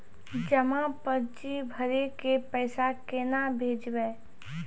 जमा पर्ची भरी के पैसा केना भेजबे?